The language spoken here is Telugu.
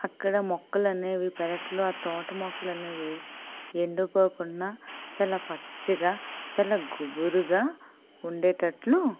అక్కడ మొక్కలనేవి పెరట్లో ఆ తోట మొక్కలనేవి ఎండిపోకుండా చాలా పచ్చిగా చాలా గుబురుగా ఉండేటట్లు